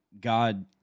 God